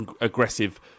aggressive